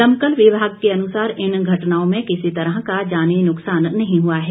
दमकल विभाग के अनुसार इन घटनाओं में किसी तरह का जानी नुक्सान नहीं हुआ है